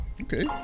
Okay